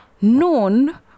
known